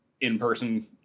in-person